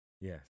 Yes